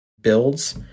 builds